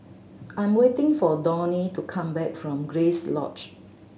I'm waiting for Donny to come back from Grace Lodge